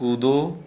कूदो